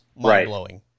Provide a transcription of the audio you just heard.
mind-blowing